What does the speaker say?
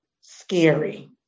scary